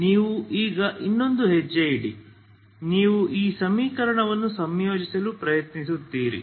ನೀವು ಈಗ ಇನ್ನೊಂದು ಹೆಜ್ಜೆ ಇಡಿ ನೀವು ಈ ಸಮೀಕರಣವನ್ನು ಸಂಯೋಜಿಸಲು ಪ್ರಯತ್ನಿಸುತ್ತೀರಿ